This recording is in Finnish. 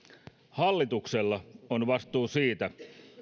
hallituksella on vastuu siitä